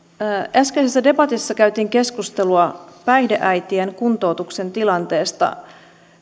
äskeisessä debatissa käytiin keskustelua päihdeäitien kuntoutuksen tilanteesta